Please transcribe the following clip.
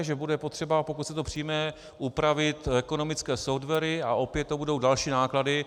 Že bude potřeba, pokud se to přijme, upravit ekonomické softwary, a opět to budou další náklady.